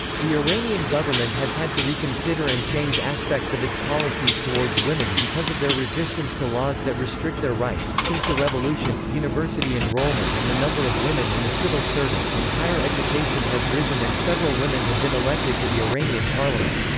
the iranian government has had to reconsider and change aspects of its policies towards women because of their resistance to laws that restrict their rights since the revolution, university enrollment and the number of women in the civil service and higher education has risen and several women have been elected to the iranian parliament.